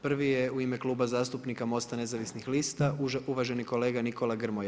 Prvi je u ime Kluba zastupnika MOST-a Nezavisnih lista uvaženi kolega Nikola Grmoja.